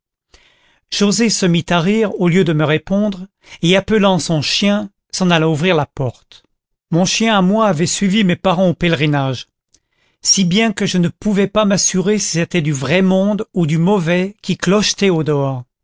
prit à rire au lieu de me répondre et appelant son chien s'en alla ouvrir la porte mon chien à moi avait suivi mes parents au pèlerinage si bien que je ne pouvais pas m'assurer si c'était du vrai monde ou du mauvais qui clochetait au dehors